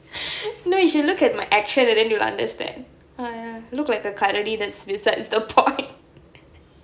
no you should look at my action then you understand !haiya! look like a கரடி:karadi that's besides the pony